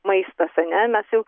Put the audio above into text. maistas ane mes jau